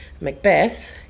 Macbeth